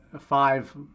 five